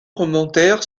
commentaire